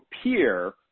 appear